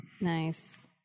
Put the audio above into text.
Nice